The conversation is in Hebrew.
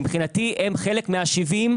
שמבחינתי הם חלק מה-70,